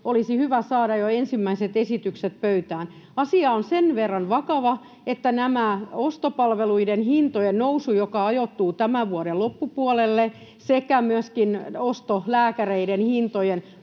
olisi hyvä saada jo ensimmäiset esitykset pöytään. Asia on sen verran vakava, että ostopalveluiden hintojen nousu, joka ajoittuu tämän vuoden loppupuolelle, sekä myöskin ostolääkäreiden hintojen